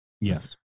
Yes